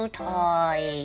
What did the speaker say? toy